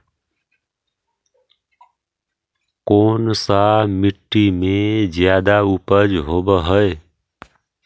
कोन सा मिट्टी मे ज्यादा उपज होबहय?